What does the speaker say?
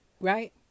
right